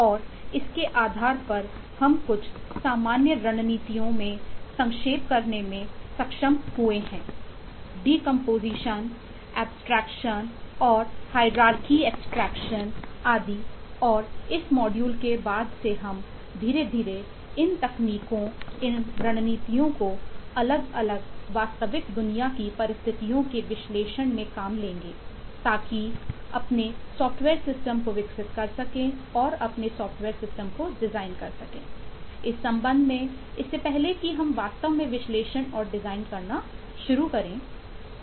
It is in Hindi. और इसके आधार पर हम कुछ सामान्य रणनीतियों में संक्षेप करने में सक्षम हुए हैं डीकंपोजीशन आदि और इस मॉड्यूल के बाद से हम धीरे धीरे इन तकनीकों इन रणनीतियों को अलग अलग वास्तविक दुनिया की परिस्थितियों के विश्लेषण मे काम लेंगे ताकि अपने सॉफ्टवेयर सिस्टम को विकसित कर सके और अपने सॉफ्टवेयर सिस्टम को डिजाइन कर सके इस संबंध में इससे पहले कि हम वास्तव में विश्लेषण और डिजाइन करना शुरू करें